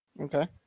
Okay